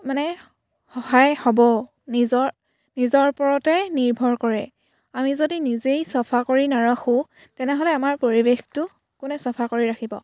মানে সহায় হ'ব নিজৰ নিজৰ ওপৰতে নিৰ্ভৰ কৰে আমি যদি নিজেই চাফা কৰি নাৰাখোঁ তেনেহ'লে আমাৰ পৰিৱেশটো কোনে চাফা কৰি ৰাখিব